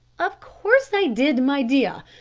of course i did, my dear.